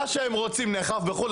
מה שהם רוצים נאכף בחו"ל.